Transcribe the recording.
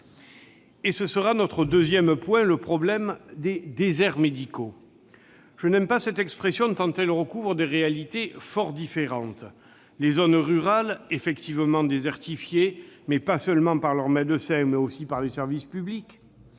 viens à mon deuxième point, le problème des déserts médicaux. Je n'aime pas cette expression tant elle recouvre des réalités fort différentes : les zones rurales, en effet désertifiées, pas seulement par leurs médecins, mais aussi par les services publics